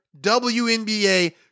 WNBA